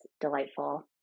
delightful